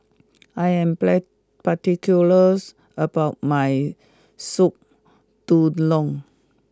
I am particulars about my soup Tulang